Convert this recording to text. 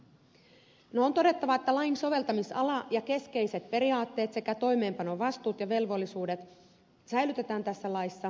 on todettava että lain soveltamisala ja keskeiset periaatteet sekä toimeenpanovastuut ja velvollisuudet säilytetään tässä laissa jokseenkin ennallaan